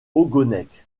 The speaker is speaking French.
ogonek